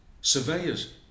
surveyors